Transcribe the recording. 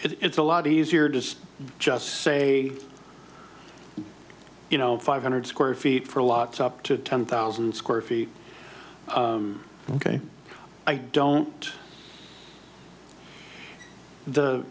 it's a lot easier to just say you know five hundred square feet for lots up to ten thousand square feet ok i don't the